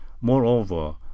Moreover